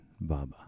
Baba